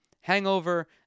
hangover